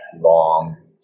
long